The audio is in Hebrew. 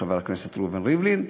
חבר הכנסת ראובן ריבלין,